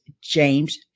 James